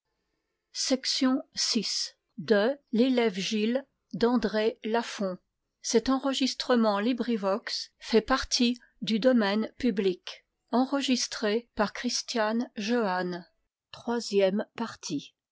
de l'allée la